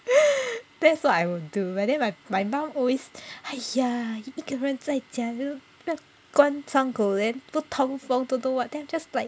that's what I will do but then my my mum always !haiya! 一个人在家 then 要关窗口 then don't know what then just like